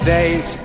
Days